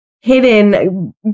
hidden